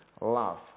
love